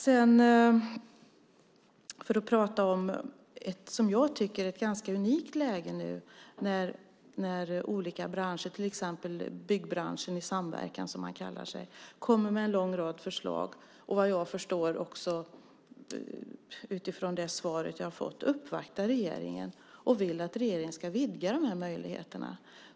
Sedan vill jag prata om det som jag tycker är ett ganska unikt läge, när olika branscher, till exempel Byggbranschen i samverkan, som de kallar sig, kommer med en lång rad förslag och vad jag förstår, också utifrån det svar jag har fått, uppvaktar regeringen och vill att regeringen ska vidga de här möjligheterna.